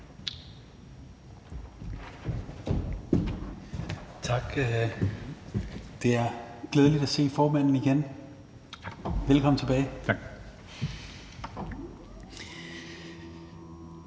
Tak, det er glædeligt at se formanden igen. Velkommen tilbage.